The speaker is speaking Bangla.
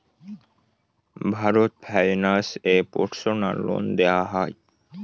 ভারত ফাইন্যান্স এ পার্সোনাল লোন দেওয়া হয়?